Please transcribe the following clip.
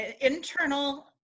internal